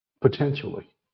Potentially